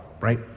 right